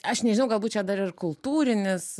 aš nežinau galbūt čia dar ir kultūrinis